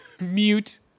Mute